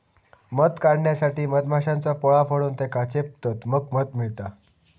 मध काढण्यासाठी मधमाश्यांचा पोळा फोडून त्येका चेपतत मग मध मिळता